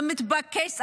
זה מתבקש,